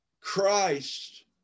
Christ